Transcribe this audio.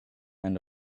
end